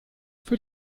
für